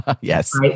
Yes